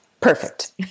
Perfect